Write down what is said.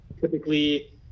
typically